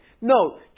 No